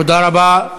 תודה רבה.